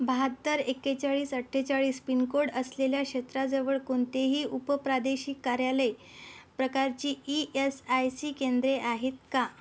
बाहत्तर एकेचाळीस अठ्ठेचाळीस पिनकोड असलेल्या क्षेत्राजवळ कोणतेही उपप्रादेशिक कार्यालय प्रकारची ई एस आय सी केंद्रे आहेत का